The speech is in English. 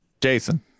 Jason